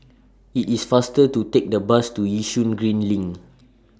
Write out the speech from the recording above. IT IS faster to Take The Bus to Yishun Green LINK